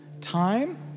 Time